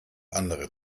andere